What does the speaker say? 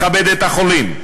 לכבד את החולים,